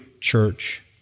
church